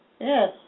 yes